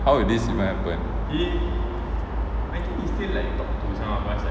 how did this even happen